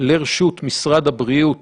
לרשות משרד הבריאות